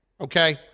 Okay